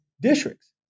districts